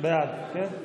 בעד, כן?